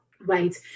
right